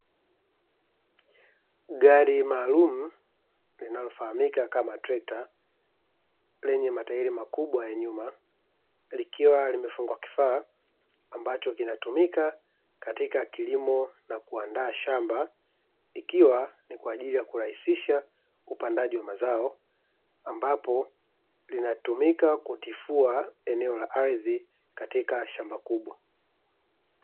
Gari maalumu linalofahamika kama trekta lenye matairi makubwa ya nyuma likiwa limefungwa kifaa ambacho kinatumika katika kilimo na kuandaa shamba, ikiwa ni kwa ajili ya kurahisisha upandaji wa mazao ambapo linatumika kutifua eneo la ardhi katika shamba kubwa.